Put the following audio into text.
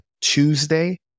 Tuesday